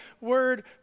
word